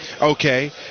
okay